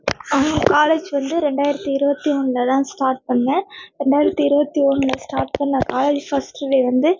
நான் காலேஜ் வந்து ரெண்டாயிரத்தி இருபத்தி ஒன்றுல தான் ஸ்டார்ட் பண்ணிணேன் ரெண்டாயிரத்தி இருபத்தி ஒன்றுல ஸ்டார்ட் பண்ணி நான் காலேஜ் ஃபஸ்ட்டு டே வந்து